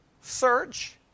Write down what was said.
search